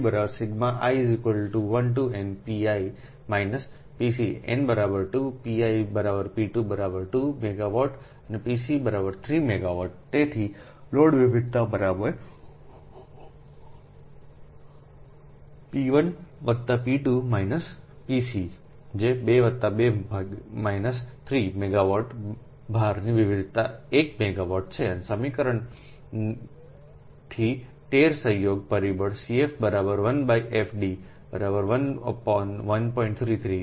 n 2 p1 p2 2 megawatt અને pc 3 megawatt તેથી load વિવિધતા બરાબર છે p1 p2 pcજે 2 2 3 મેગાવાટ ભારની વિવિધતા 1 મેગાવાટ છે અને સમીકરણથી તેર સંયોગ પરિબળ CF 1FD 11